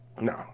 No